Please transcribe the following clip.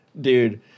Dude